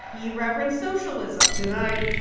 he referenced socialism tonight,